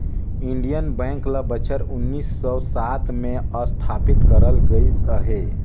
Indian bank ल बछर उन्नीस सव सात में असथापित करल गइस अहे